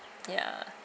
ya